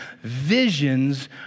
Visions